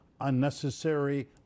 unnecessary